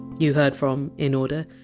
you heard from, in order,